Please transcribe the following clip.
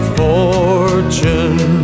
fortune